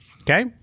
okay